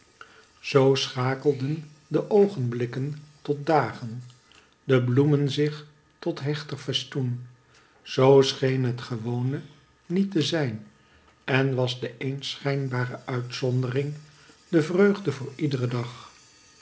zoo schakelden de oogenblikken tot dagen de bloemen zich tot hechter festoen zoo scheen het gewone niet te zijn en was de eens schijnbare uitzondering de vreugde voor iederen dag